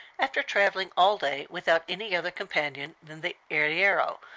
after traveling all day without any other companion than the arriero,